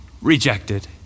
rejected